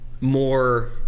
more